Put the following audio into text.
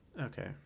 Okay